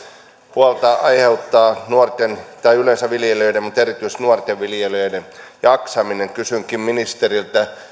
huolta aiheuttaa nuorten tai yleensä viljelijöiden mutta erityisesti nuorten viljelijöiden jaksaminen kysynkin ministeriltä